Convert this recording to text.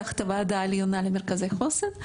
תחת הוועדה העליונה למרכזי חוסן,